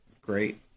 Great